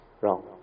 Wrong